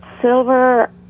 silver